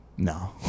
No